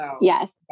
Yes